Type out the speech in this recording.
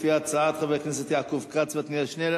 לפי הצעת חברי הכנסת יעקב כץ ועתניאל שנלר,